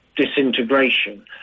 Disintegration